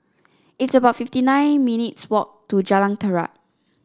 it's about fifty nine minutes' walk to Jalan Terap